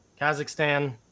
Kazakhstan